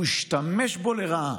הוא ישתמש בו לרעה,